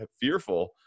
fearful